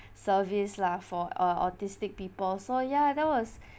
service lah for a autistic people so ya that was